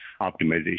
optimization